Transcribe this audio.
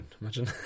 imagine